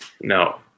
no